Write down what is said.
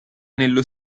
nello